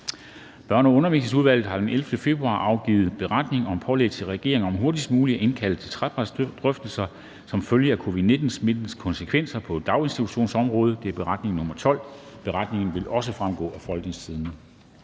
Børne- og Undervisningsudvalget har den 11. februar 2022 afgivet: Beretning om pålæg til regeringen om hurtigst muligt at indkalde til trepartsdrøftelser som følge af covid-19-smittens konsekvenser på daginstitutionsområdet (Beretning nr. 12). Beretningen vil fremgå af www.folketingstidende.dk.